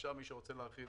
מי שרוצה להרחיב